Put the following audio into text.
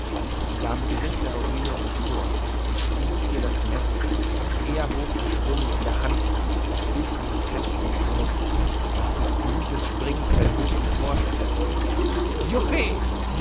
und damit riß er aurelien empor und stieß ihr das messer das er hochgeschwungen in der hand hielt bis an das heft in die brust daß des blutes springquell hoch emporspritzte juchhe